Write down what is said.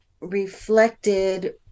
reflected